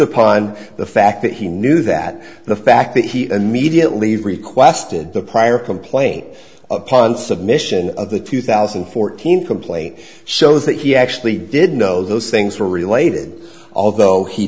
upon the fact that he knew that the fact that he immediately requested the prior complaint upon submission of the two thousand and fourteen complaint shows that he actually did know those things were related although he